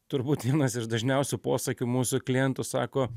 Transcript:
turbūt vienas iš dažniausių posakių mūsų klientų sako